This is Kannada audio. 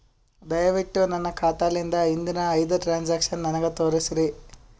ದಯವಿಟ್ಟು ನನ್ನ ಖಾತಾಲಿಂದ ಹಿಂದಿನ ಐದ ಟ್ರಾಂಜಾಕ್ಷನ್ ನನಗ ತೋರಸ್ರಿ